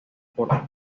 por